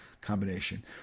combination